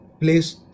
place